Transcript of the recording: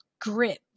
grit